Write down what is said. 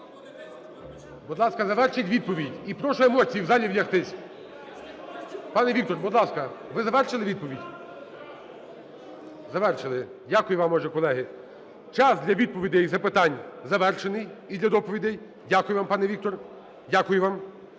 Будь ласка, завершіть відповідь. І прошу емоції в залі влягтись. Пане Віктор, будь ласка, ви завершили відповідь? Завершили. Дякую вам, отже, колеги. Час для відповідей і запитань завершений і для доповідей. Дякую вам, пане Віктор, дякую вам.